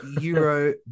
Euro